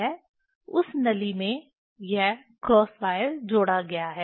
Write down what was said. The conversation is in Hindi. उस नली में यह क्रॉस वायर जोड़ा गया है